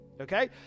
Okay